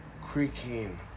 creaking